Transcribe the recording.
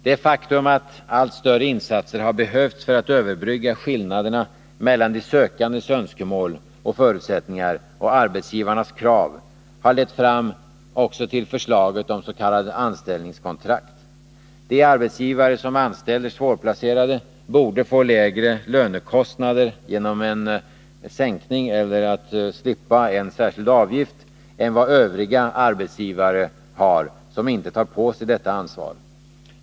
Det faktum att allt större insatser har behövts för att överbrygga skillnaderna mellan de sökandes önskemål och förutsättningar och arbetsgivarnas krav har lett fram också till förslaget om s.k. anställningskontrakt. De arbetsgivare som anställer svårplacerade borde få lägre lönekostnader genom en sänkning eller ett slopande av en särskild avgift som övriga arbetsgivare har som inte tar på sig detta ansvar.